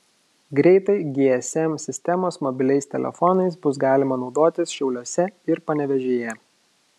greitai gsm sistemos mobiliais telefonais bus galima naudotis šiauliuose ir panevėžyje